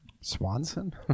swanson